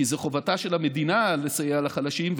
כי זו חובתה של המדינה לסייע לחלשים,